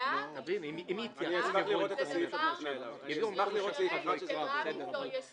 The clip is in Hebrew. עיריה באישור מועצה --- העיריה באישור המועצה